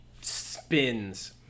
spins